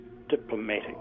diplomatic